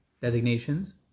designations